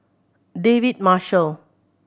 David Marshall